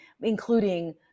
including